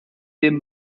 dem